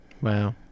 Wow